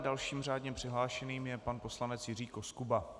Dalším řádně přihlášeným je pan poslanec Jiří Koskuba.